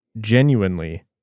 genuinely